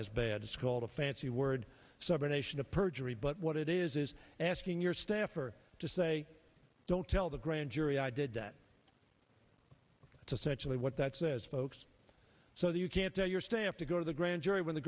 is bad is called a fancy word sovereign nation of perjury but what it is is asking your staffer to say don't tell the grand jury i did that to sexually what that says folks so that you can't tell your staff to go to the grand jury when the